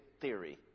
theory